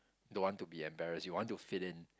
don't want to be embarrass you want to fit in